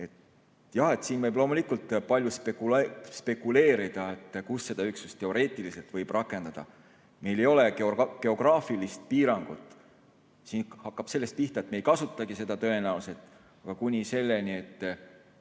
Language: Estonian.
Jah, siin võib loomulikult palju spekuleerida, kus seda üksust teoreetiliselt võib rakendada. Meil ei olegi geograafilist piirangut. Siin hakkab sellest pihta, et me ei kasuta seda tõenäoliselt, kuni selleni, et